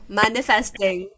manifesting